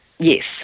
Yes